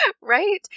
Right